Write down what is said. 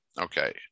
Okay